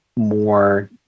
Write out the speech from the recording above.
more